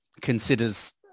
considers